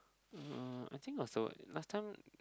uh I think not so eh last time